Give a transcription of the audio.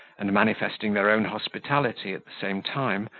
and manifesting their own hospitality at the same time,